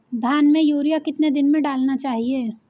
धान में यूरिया कितने दिन में डालना चाहिए?